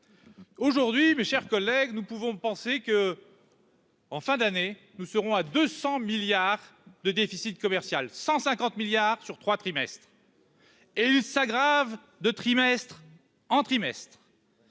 aujourd'hui, mes chers collègues, nous pouvons penser que. En fin d'année, nous serons à 200 milliards de déficit commercial 150 milliards sur 3 trimestres et il s'aggrave de trimestre en trimestre